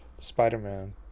Spider-Man